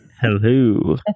Hello